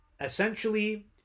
essentially